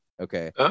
Okay